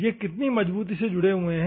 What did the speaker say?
यह कितने मजबूती से जुड़े हुए हैं